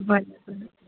ભલે ભલે